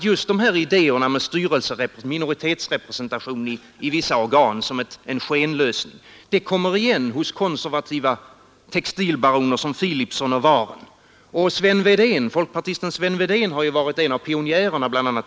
Just de här idéerna med minoritetsrepresentation i vissa organ som en skenlösning kommer igen hos konservativa textilbaroner som Philipson och Wahren. Och folkpartisten Sven Wedén har ju varit en av pionjärerna på detta område.